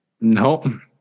Nope